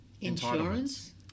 Insurance